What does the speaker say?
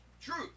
truth